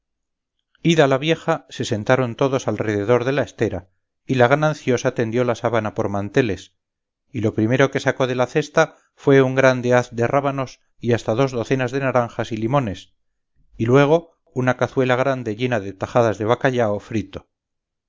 fue ida la vieja se sentaron todos alrededor de la estera y la gananciosa tendió la sábana por manteles y lo primero que sacó de la cesta fue un grande haz de rábanos y hasta dos docenas de naranjas y limones y luego una cazuela grande llena de tajadas de bacallao frito